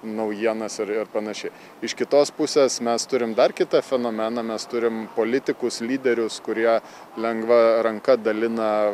naujienas ir ir panašiai iš kitos pusės mes turim dar kitą fenomeną mes turim politikus lyderius kurie lengva ranka dalina